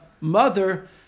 mother